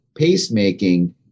pacemaking